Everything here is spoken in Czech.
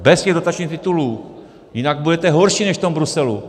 Bez těch dotačních titulů, jinak budete horší než v tom Bruselu.